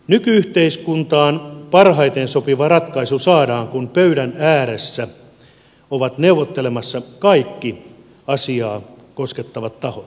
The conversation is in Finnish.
nyky yhteiskuntaan parhaiten sopiva ratkaisu saadaan kun pöydän ääressä ovat neuvottelemassa kaikki asiaa koskettavat tahot